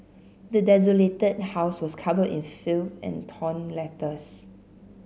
the desolated house was covered in filth and torn letters